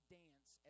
dance